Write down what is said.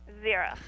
Zero